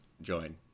join